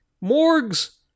Morgues